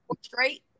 straight